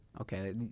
Okay